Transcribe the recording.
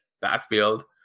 backfield